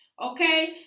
Okay